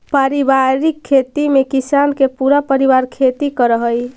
पारिवारिक खेती में किसान के पूरा परिवार खेती करऽ हइ